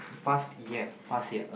past year past year